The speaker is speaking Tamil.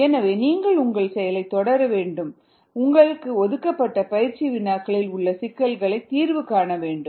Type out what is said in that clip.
எனவே நீங்கள் உங்கள் செயலை தொடரவேண்டும் வேண்டும் உங்களுக்கு ஒதுக்கப்பட்ட பயிற்சி வினாக்களில் உள்ள சிக்கல்களை தீர்வு காண வேண்டும்